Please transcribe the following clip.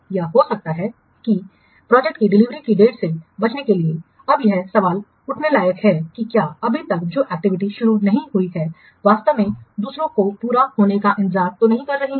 यह हो सकता है कि प्रोजेक्ट की डिलीवरी की डेट से बचने के लिए अब यह सवाल उठने लायक है कि क्या अभी तक जो एक्टिविटी शुरू नहीं हुई है वास्तव में दूसरों के पूरा होने का इंतजार तो नहीं करना है